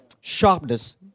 sharpness